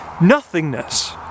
nothingness